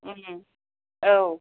उम औ